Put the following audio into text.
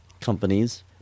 companies